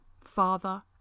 father